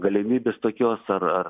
galimybės tokios ar ar